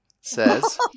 Says